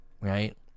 right